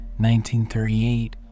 1938